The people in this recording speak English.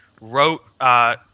wrote